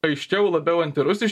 aiškiau labiau antirusiški